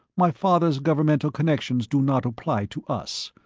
my father's governmental connections do not apply to us.